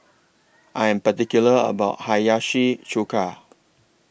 I Am particular about Hiyashi Chuka